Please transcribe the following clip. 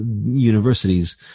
universities